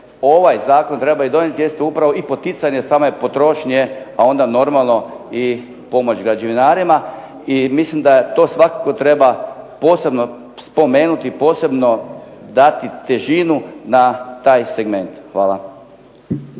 ovaj zakon trebao donijeti jeste upravo i poticanje same potrošnje a onda normalno i pomoć građevinarima i mislim da to svakako treba posebno spomenuti, posebno dati težinu na taj segment. Hvala.